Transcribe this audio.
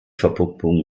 verpuppung